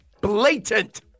Blatant